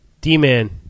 D-Man